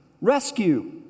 rescue